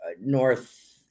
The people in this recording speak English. North